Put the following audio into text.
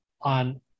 on